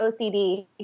OCD